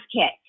kit